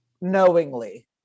knowingly